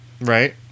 right